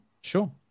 sure